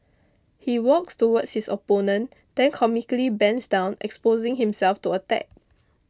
he walks towards his opponent then comically bends down exposing himself to attack